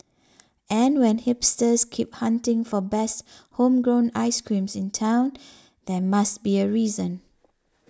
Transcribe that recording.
and when hipsters keep hunting for best homegrown ice creams in town there must be a reason